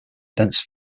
dense